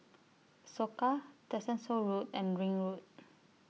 Soka Tessensohn Road and Ring Road